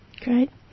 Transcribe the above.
Great